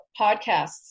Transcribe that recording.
podcasts